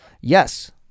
Yes